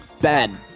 Ben